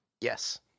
Yes